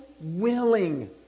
willing